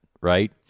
right